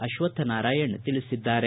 ಅಶ್ವಥ್ ನಾರಾಯಣ್ ತಿಳಿಸಿದ್ದಾರೆ